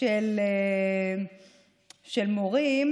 של מורים.